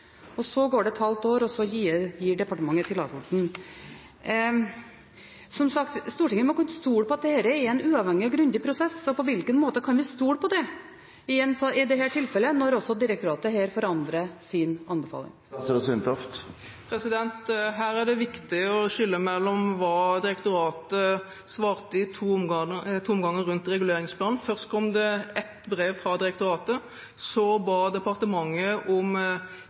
Så går det et halvt år, og så gir departementet tillatelsen. Som sagt: Stortinget må kunne stole på at dette er en uavhengig og grundig prosess. På hvilken måte kan vi stole på det i dette tilfellet, når også direktoratet her forandrer sin anbefaling? Her er det viktig å skille mellom hva direktoratet svarte i to omganger rundt reguleringsplanen. Først kom det ett brev fra direktoratet.